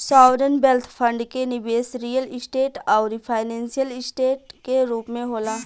sovereign wealth fund के निबेस real estate आउरी फाइनेंशियल ऐसेट के रूप में होला